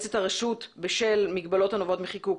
מועצת הרשות בשל מגבלות הנובעות מחיקוק".